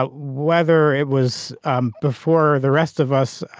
ah whether it was um before the rest of us.